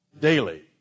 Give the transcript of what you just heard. daily